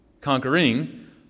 conquering